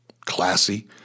classy